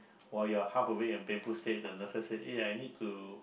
while you're half awake and painful state the nurses said eh I need to